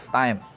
time